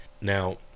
Now